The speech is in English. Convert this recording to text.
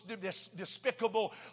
despicable